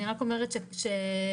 אני רק אומרת שכרגע,